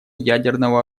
ядерно